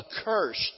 accursed